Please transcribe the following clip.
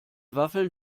waffeln